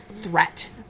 threat